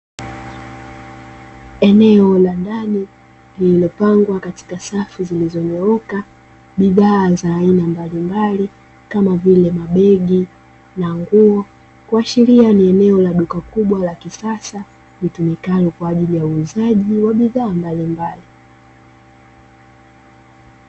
Eneo la ndani lililopangwa katika safu zilizonyooka, bidhaa za aina mbalimbali kama vile mabegi na nguo kuashiria ni eneo la duka kubwa la kisasa litumikalo kwa ajili ya uuzaji wa bidhaa mbalimbali.